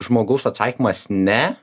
žmogaus atsakymas ne